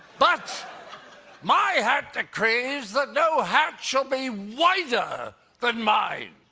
but my hat decrees that no hat shall be wider than mine!